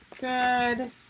good